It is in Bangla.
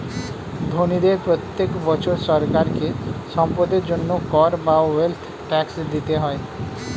ধনীদের প্রত্যেক বছর সরকারকে সম্পদের জন্য কর বা ওয়েলথ ট্যাক্স দিতে হয়